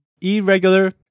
irregular